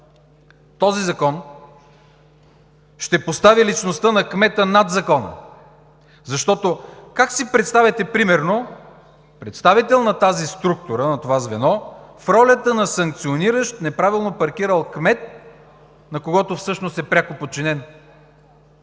Този закон ще постави личността на кмета над закона. Как си представяте примерно представител на тази структура, на това звено в ролята на санкциониращ неправилно паркирал кмет, на когото всъщност е пряко подчинен?